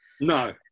No